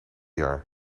jaar